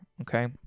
okay